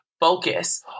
focus